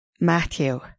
Matthew